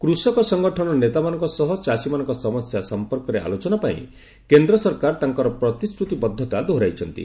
କୃଷକ ସଙ୍ଗଠନର ନେତାମାନଙ୍କ ସହ ଚାଷୀମାନଙ୍କ ସମସ୍ୟା ସମ୍ପର୍କରେ ଆଲୋଚନା ପାଇଁ କେନ୍ଦ୍ର ସରକାର ତାଙ୍କର ପ୍ରତିଶ୍ରୁତିବଦ୍ଧତା ଦୋହରାଇଛନ୍ତି